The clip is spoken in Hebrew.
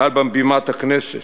מעל בימת הכנסת,